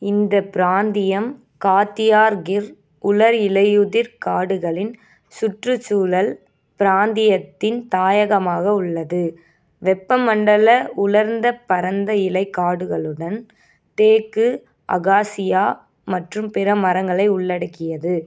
இந்த பிராந்தியம் காத்தியார் கிர் உலர் இலையுதிர் காடுகளின் சுற்றுச்சூழல் பிராந்தியத்தின் தாயகமாக உள்ளது வெப்பமண்டல உலர்ந்த பரந்த இலை காடுகளுடன் தேக்கு அகாசியா மற்றும் பிற மரங்களை உள்ளடக்கியது